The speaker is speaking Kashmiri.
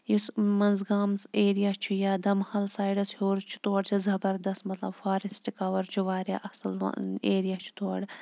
یُس منٛزگامَس ایریا چھُ یا دمہل سایڈَس ہیوٚر چھُ تور چھےٚ زَبردَست مطلب فارٮ۪سٹ کَوَر چھُ واریاہ اَصٕل ایریا چھُ تورٕ